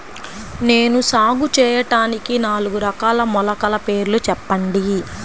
నేను సాగు చేయటానికి నాలుగు రకాల మొలకల పేర్లు చెప్పండి?